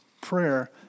prayer